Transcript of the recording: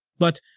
but,